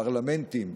פרלמנטים,